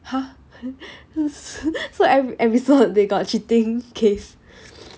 !huh! so every episode they got cheating case